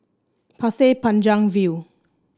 Pasir Panjang View